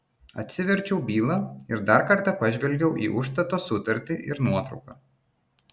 atsiverčiau bylą ir dar kartą pažvelgiau į užstato sutartį ir nuotrauką